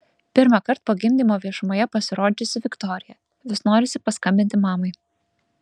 pirmąkart po gimdymo viešumoje pasirodžiusi viktorija vis norisi paskambinti mamai